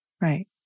Right